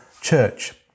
church